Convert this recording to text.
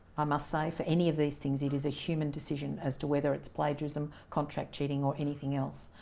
i must say, for any of these things, it is a human decision as to whether it's plagiarism, contract cheating, or anything else.